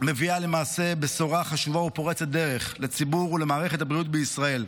מביאה למעשה בשורה חשובה ופורצת דרך לציבור ולמערכת הבריאות בישראל.